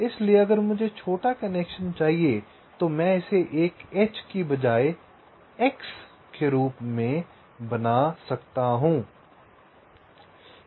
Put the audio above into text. इसलिए अगर मुझे छोटा कनेक्शन चाहिए तो मैं इसे एक H के बजाय X के रूप में बना सकता हूं